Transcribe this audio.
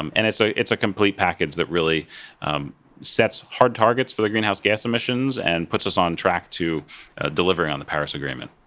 um and it's ah it's a complete package that really um sets hard targets for greenhouse gas emissions and puts us on track to deliver on the paris agreement.